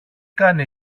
κάνει